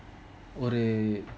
ஒரு:oru